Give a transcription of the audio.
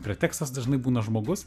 pretekstas dažnai būna žmogus